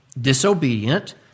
disobedient